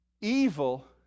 Evil